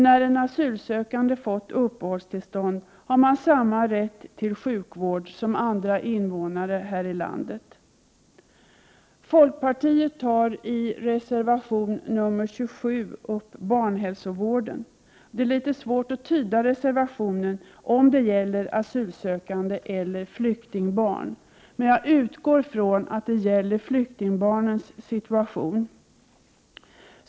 När den asylsökande fått uppehållstillstånd har han eller hon samma rätt till sjukvård som andra invånare här i landet. Folkpartiet tar i reservation nr 27 upp barnhälsovården. Det är litet svårt att tyda om reservationen gäller asylsökande barn eller flyktingbarn. Jag utgår från att den gäller flyktingbarnens situation.